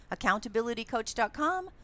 accountabilitycoach.com